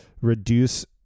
reduce